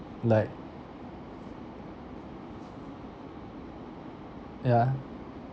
like yeah